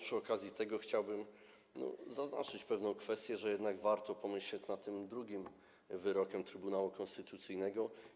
Przy tej okazji chciałbym zaznaczyć pewną kwestię, że jednak warto pomyśleć nad drugim wyrokiem Trybunału Konstytucyjnego.